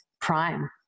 prime